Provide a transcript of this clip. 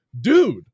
Dude